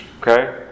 okay